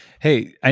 Hey